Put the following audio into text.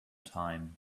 time